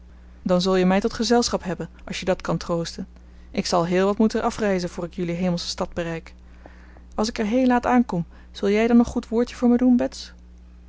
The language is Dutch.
dan zul je mij tot gezelschap hebben als je dat kan troosten ik zal heel wat moeten afreizen voor ik jullie hemelsche stad bereik als ik er heel laat aankom zul jij dan een goed woordje voor me doen bets